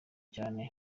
cyane